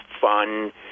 fun